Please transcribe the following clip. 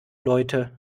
leute